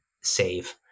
save